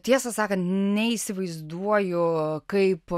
tiesą sakant neįsivaizduoju kaip